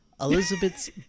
Elizabeth's